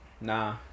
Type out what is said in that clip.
Nah